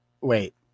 wait